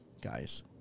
guys